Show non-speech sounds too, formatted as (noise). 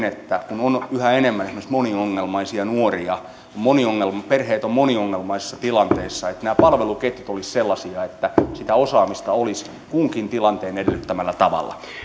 (unintelligible) että kun on yhä enemmän esimerkiksi moniongelmaisia nuoria kun perheet ovat moniongelmallisissa tilanteissa niin nämä palveluketjut olisivat sellaisia että sitä osaamista olisi kunkin tilanteen edellyttämällä tavalla